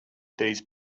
these